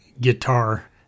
guitar